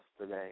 today